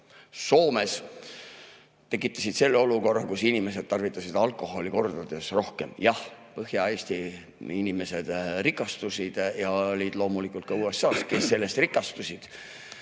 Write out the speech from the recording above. Soomes tekitasid olukorra, kus inimesed tarvitasid alkoholi kordades rohkem. Jah, Põhja-Eesti inimesed rikastusid ja loomulikult oli ka USA‑s neid, kes sellest rikastusid.